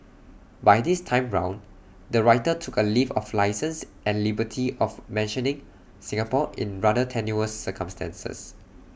but this time round the writer took A leave of licence and liberty of mentioning Singapore in rather tenuous circumstances